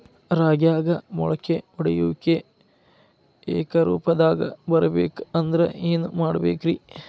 ರಾಗ್ಯಾಗ ಮೊಳಕೆ ಒಡೆಯುವಿಕೆ ಏಕರೂಪದಾಗ ಇರಬೇಕ ಅಂದ್ರ ಏನು ಮಾಡಬೇಕ್ರಿ?